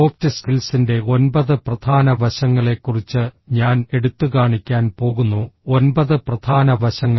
soft സ്കിൽസിന്റെ ഒൻപത് പ്രധാന വശങ്ങളെക്കുറിച്ച് ഞാൻ എടുത്തുകാണിക്കാൻ പോകുന്നു ഒൻപത് പ്രധാന വശങ്ങൾ